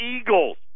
Eagles